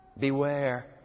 Beware